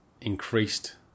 increased